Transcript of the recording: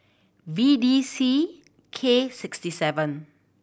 V D C K sixty seven